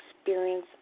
experience